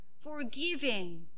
forgiving